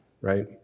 right